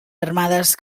armades